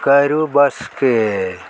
ᱠᱟᱹᱨᱩ ᱵᱟᱥᱠᱮ